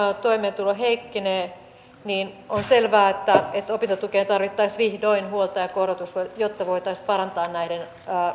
toimeentulo heikkenee on selvää että että opintotukeen tarvittaisiin vihdoin huoltajakorotus jotta voitaisiin parantaa näiden